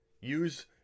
Use